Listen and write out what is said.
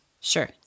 Sure